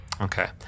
Okay